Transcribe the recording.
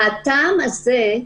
מהטעם הזה,